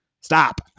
stop